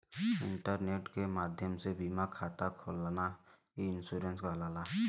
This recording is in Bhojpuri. इंटरनेट के माध्यम से बीमा खाता खोलना ई इन्शुरन्स कहलाला